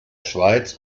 schweiz